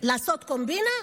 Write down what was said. לעשות קומבינה?